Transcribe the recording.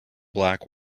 black